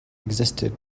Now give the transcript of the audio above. existed